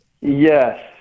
Yes